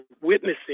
witnessing